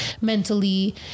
mentally